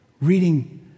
reading